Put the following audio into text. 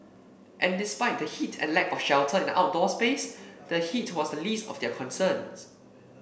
and despite the heat and lack of shelter in the outdoor space the heat was the least of their concerns